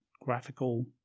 graphical